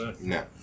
No